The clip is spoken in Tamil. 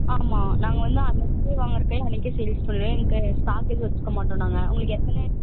ஆமாம் நாங்கள் வந்து அன்றைக்கே வாங்குகிற காயை அன்றைக்கே சேல்ஸ் பண்ணிவிடுவோம் எங்களுக்கு ஸ்டாக்கு எதுவும் வச்சுக்கமாட்டோம் நாங்கள் உங்களுக்கு எத்தனை